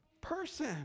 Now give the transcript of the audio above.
person